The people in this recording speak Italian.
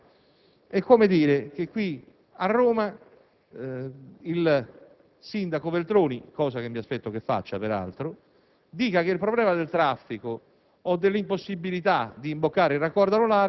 È doveroso che il Governo, il quale si fregia di essere stato eletto dai cittadini, indaghi con accuratezza e severità le cause e i responsabili che hanno condotto la Campania a dover essere commissariata.